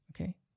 Okay